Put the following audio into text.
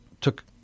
took